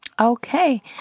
Okay